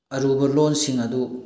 ꯑꯔꯨꯕ ꯂꯣꯟꯁꯤꯡ ꯑꯗꯨ